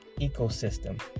ecosystem